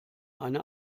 eine